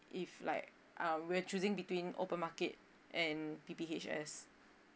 if like ah we're choosing between open market and P_P_H_S